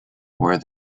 were